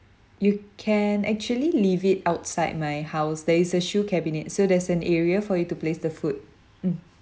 you can actually leave it outside my house there is a shoe cabinet so there's an area for you to place the food mm